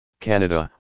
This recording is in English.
Canada